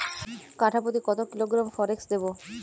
কাঠাপ্রতি কত কিলোগ্রাম ফরেক্স দেবো?